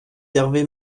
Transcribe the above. d’hervé